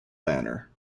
banner